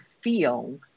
feel